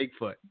Bigfoot